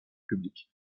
publique